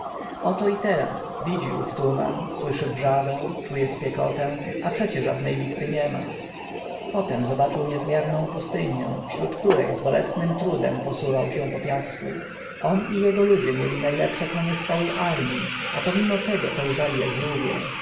oto i teraz widzi ów tuman słyszy wrzawę czuje spiekotę a przecie żadnej bitwy niema potem zobaczył niezmierną pustynię wśród której z bolesnym trudem posuwał się po piasku on i jego ludzie mieli najlepsze konie z całej armji a pomimo to pełzali jak żółwie